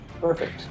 Perfect